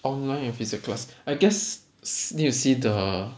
online and physical class I guess need to see the